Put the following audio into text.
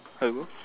hello